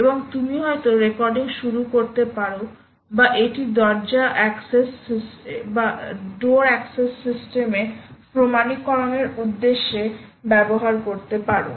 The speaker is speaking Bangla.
এবং তুমি হয়তো রেকর্ডিং শুরু করতে পারো বা এটি দরজা অ্যাক্সেস সিস্টেম এ প্রমাণীকরণের উদ্দেশ্যে ব্যবহার করতে পারো